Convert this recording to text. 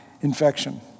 infection